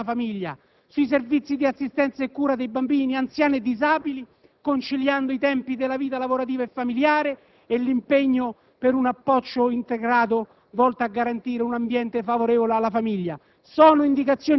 costruendo una solida piattaforma nell'azione di rafforzamento della famiglia, sui servizi di assistenza e cura dei bambini, anziani e disabili, conciliando i tempi della vita lavorativa e familiare, e l'impegno per un approccio integrato